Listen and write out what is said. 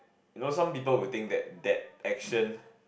you know some people would think that that action